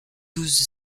douze